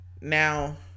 now